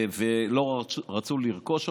ולא כל כך רצו לרכוש אותה,